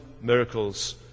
miracles